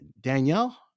Danielle